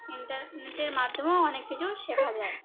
ইন্টারনেটের মাধ্যমেও অনেক কিছু শেখা যায়